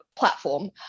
platform